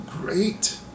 great